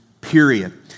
period